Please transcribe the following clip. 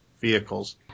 vehicles